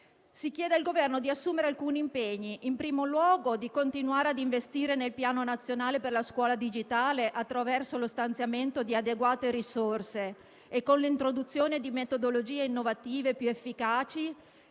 si chiede al Governo di assumere alcuni impegni, in primo luogo di continuare ad investire nel Piano nazionale scuola digitale, attraverso lo stanziamento di adeguate risorse e con l'introduzione di metodologie innovative più efficaci